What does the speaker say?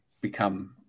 become